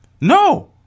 No